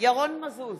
ירון מזוז,